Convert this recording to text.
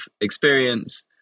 experience